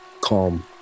calm